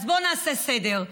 אז בואו נעשה סדר.